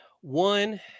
One